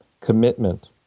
commitment